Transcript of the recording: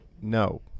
No